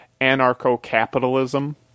anarcho-capitalism